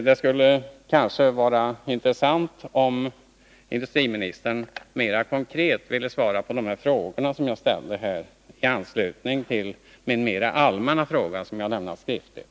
Det skulle vara intressant om industriministern mera konkret ville svara på de frågor som jag har ställt här i anslutning till min mer allmänna fråga, som jag lämnat skriftligt.